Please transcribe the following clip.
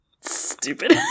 Stupid